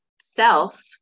self